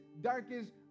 darkest